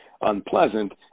unpleasant